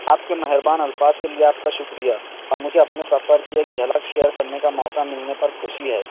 آپ کے مہربان الفاظ کے لئے آپ کا شکریہ اور مجھے اپنے سفر کی ایک جھلک شیئر کرنے کا موقع ملنے پر خوشی ہے